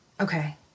Okay